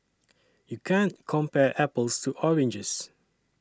you can't compare apples to oranges